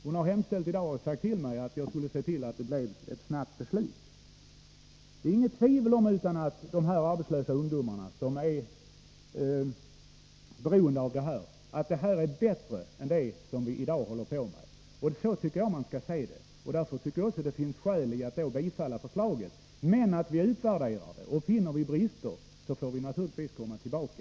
Hon har sagt åt mig i dag att se till att det blir ett snabbt beslut. Det är inget tvivel om att detta är bättre för de arbetslösa ungdomarna, som är beroende av våra insatser, än det som vi i dag håller på med. Så tycker jag man skall se saken. Därför tycker jag också att det finns skäl att bifalla förslaget. Men vi skall utvärdera det, och finner vi brister, får vi naturligtvis komma tillbaka.